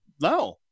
no